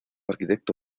arquitecto